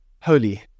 holy